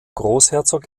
großherzog